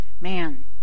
Man